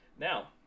Now